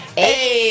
Hey